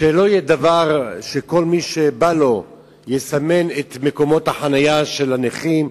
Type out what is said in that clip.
שלא כל מי שבא לו יסמן את מקומות החנייה של הנכים,